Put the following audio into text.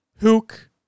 Hook